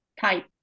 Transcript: type